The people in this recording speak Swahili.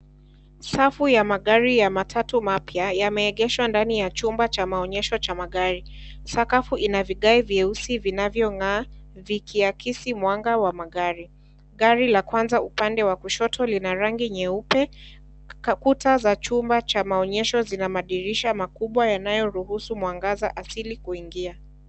Safu ya magari ya matatu mapia ya megeshwa ndani ya chumba cha maonyesho cha magari, sakafu inavigai vyeusi vinavyong'aa vikiakisi mwanga wa magari. Gari la kwanza upande wa kushoto lina rangi nyeupe, kuta za chumba cha maonyesho zina madirisha makubwa yanayo ruhusu mwangaza asili kuingia.